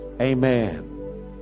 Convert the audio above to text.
Amen